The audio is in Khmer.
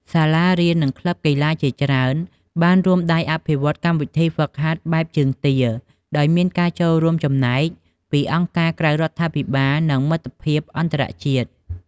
សាលារៀននិងក្លឹបកីឡាជាច្រើនបានរួមដៃអភិវឌ្ឍកម្មវិធីហ្វឹកហាត់បែបជើងទា ដោយមានការរួមចំណែកពីអង្គការក្រៅរដ្ឋាភិបាល និងមិត្តភាពអន្តរជាតិ។